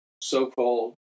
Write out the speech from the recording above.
so-called